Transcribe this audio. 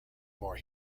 more